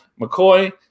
McCoy